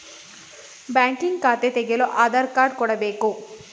banking ಖಾತೆ ತೆಗೆಯಲು Aadhaar card ಕೊಡಬೇಕು